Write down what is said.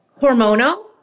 hormonal